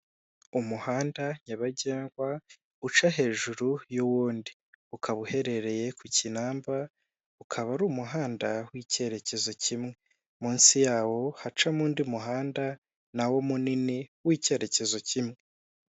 Umuhanda nyabagendwa, uca hejuru y'uwundi, ukaba uherereye ku Kinamba, ukaba ari umuhanda w'icyerekezo kimwe. Munsi yawo hacamo undi muhanda nawo munini w'icyerekezo kimwe.